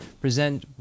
present